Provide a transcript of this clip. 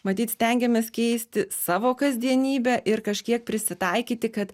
matyt stengiamės keisti savo kasdienybę ir kažkiek prisitaikyti kad